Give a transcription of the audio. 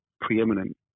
preeminent